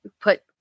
put